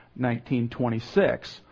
1926